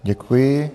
Děkuji.